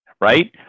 right